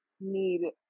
need